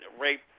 rape